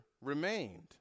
remained